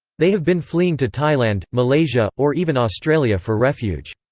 they have been fleeing to thailand, malaysia, or even australia for refuge.